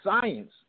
science